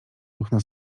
okno